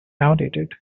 outdated